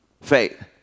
faith